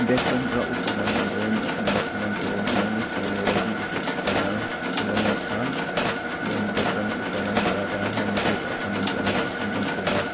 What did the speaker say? व्याकरण र उच्चारणले नेपाली भाषामा धेरै नै सहयोग विशेषता ठुलो नै छ यो व्याकरण उच्चारणद्वारा हामी एक अर्कामा बोल्न सक्छौँ मनको बात